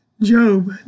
Job